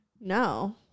no